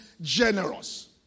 generous